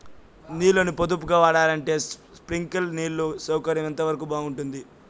నీళ్ళ ని పొదుపుగా వాడాలంటే స్ప్రింక్లర్లు నీళ్లు సౌకర్యం ఎంతవరకు బాగుంటుంది?